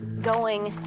going